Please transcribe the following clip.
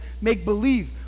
make-believe